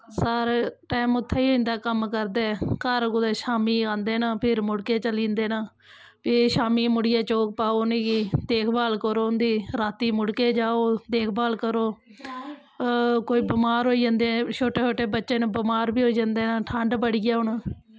सारा टैम उत्थें गै होई जंदा कम्म करदे घर कुदै शाम्मी आंदे न फिर मुड़ के चले जंदे न फ्ही शाम्मी मुड़ियां चोग पाओ उ'नेंगी देखभाल करो उं'दी रातीं मुड़ के जाओ देखभाल करो कोई बमार होई जंदे छोटे छोटे बच्चे न बमार बी होई जंदे न ठंड बड़ी ऐ हून